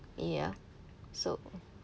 ya so